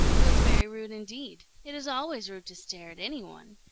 it was very rude indeed. it is always rude to stare at any one.